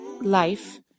Life